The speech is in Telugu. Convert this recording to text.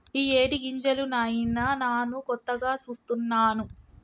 ఇయ్యేటి గింజలు నాయిన నాను కొత్తగా సూస్తున్నాను